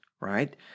right